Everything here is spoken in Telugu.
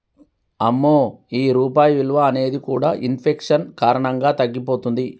అమ్మో ఈ రూపాయి విలువ అనేది కూడా ఇన్ఫెక్షన్ కారణంగా తగ్గిపోతుంది